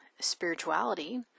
Spirituality